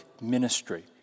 ministry